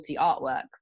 artworks